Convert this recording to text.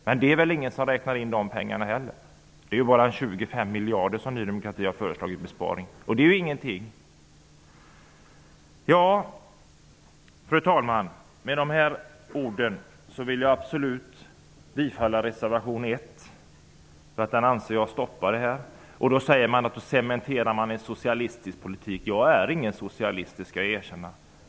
Men det är väl ingen som inberäknar de pengarna. Det är bara en 20 miljarders besparing som Ny demokrati har föreslagit, och det är ju ingenting. Fru talman! Med dessa ord vill jag absolut yrka bifall till reservation 1, eftersom den stoppar vårdnadsbidraget. Då säger man att jag bidrar till att cementera en socialistisk politik. Jag är ingen socialist, det skall jag erkänna.